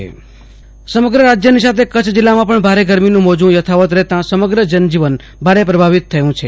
આસુતોષ અંતાણી સમગ્ર રાજ્યની સાથે કરછ જીલ્લમાં પણ ભારે ગરમી નું મોજું યથવાત રહેતા સમગ્ર જનજીવન ભારે પ્રભાવિત થયું છે